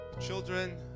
children